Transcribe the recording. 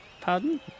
Pardon